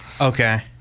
Okay